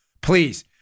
Please